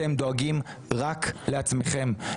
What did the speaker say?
אתם דואגים רק לעצמכם.